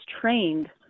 trained